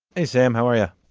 hey, sam. how are yeah